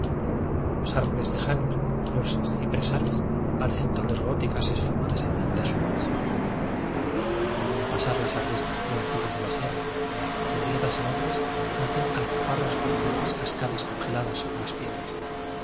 los árboles lejanos y los cipresales pa biblioteca nacional de españa recen torres góticas esfumadas en fintas suaves vuelven a pasar las agrestes plenitudes de la sierra de grietas enormes nacen al caparras como verdes cascadas congeladas sobre las piedras